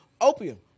opium